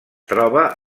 troba